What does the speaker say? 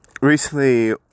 recently